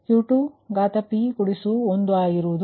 ಇದು Q2p1 ಆಗಿರುತ್ತದೆ